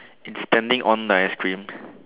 it's standing on the ice cream